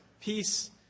Peace